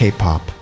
K-pop